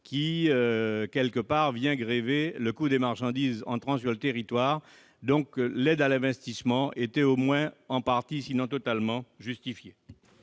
mer, qui vient grever le coût des marchandises entrant sur le territoire. L'aide à l'investissement était donc en partie, sinon totalement, justifiée.